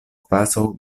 kvazaŭ